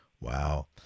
Wow